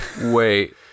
Wait